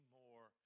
more